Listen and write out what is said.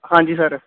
ਹਾਂਜੀ ਸਰ